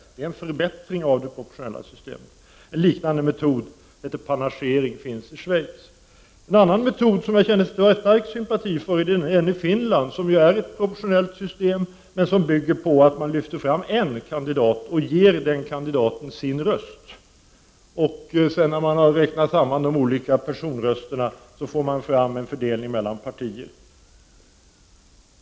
Det är en förbättring av det proportionella systemet. En liknande metod, som kallas panachering, finns i Schweiz. En annan metod, som jag känner stark sympati för, är den som tillämpas i Finland, där man har ett proportionellt system som dock bygger på att man lyfter fram en kandidat och ger denne sin röst. När man räknar samman personrösterna får man fram en fördelning mellan partier.